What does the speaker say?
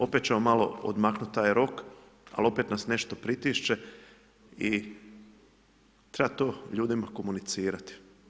Opet ćemo malo odmaknuti taj rok, ali opet nas nešto pritišće i treba to ljudima komunicirati.